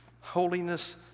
Holiness